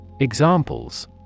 Examples